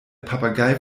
papagei